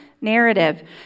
narrative